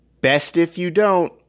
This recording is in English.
bestifyoudon't